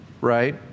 right—